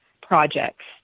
projects